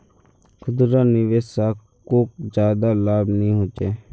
खुदरा निवेशाकोक ज्यादा लाभ नि होचे